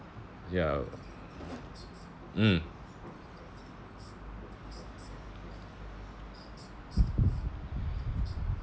ya mm